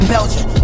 Belgium